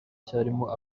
cyarimo